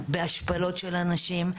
בהשפלות של אנשים,